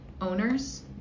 owners